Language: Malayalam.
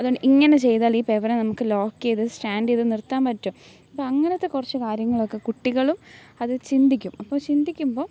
അത്കൊണ്ട് ഇങ്ങനെ ചെയ്താൽ ഈ പേപ്പറേൽ നമുക്ക് ലോക്ക് ചെയ്ത് സ്റ്റാൻഡ് ചെയ്ത് നിർത്താൻ പറ്റും അപ്പോൾ അങ്ങനത്തെ കുറച്ച് കാര്യങ്ങളൊക്കെ കുട്ടികളും അത് ചിന്തിക്കും അപ്പോൾ ചിന്തിക്കുമ്പോൾ